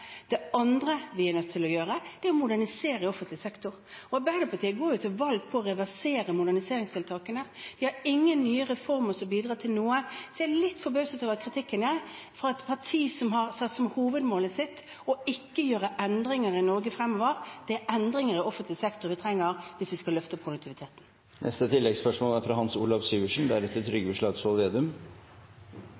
Det andre vi er nødt til å gjøre, er å modernisere offentlig sektor. Arbeiderpartiet går til valg på å reversere moderniseringstiltakene. De har ingen nye reformer som bidrar til noe, så jeg er litt forbauset over kritikken fra et parti som har satt seg som hovedmål ikke å gjøre endringer i Norge fremover. Det er endringer i offentlig sektor vi trenger hvis vi skal løfte produktiviteten. Hans Olav Syversen